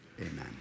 amen